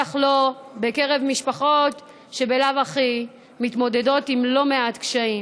ובטח שלא יהיה בקרב משפחות שבלאו הכי מתמודדות עם לא מעט קשיים.